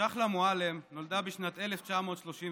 צ'חלה מועלם נולדה בשנת 1936